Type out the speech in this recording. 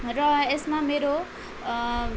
र यसमा मेरो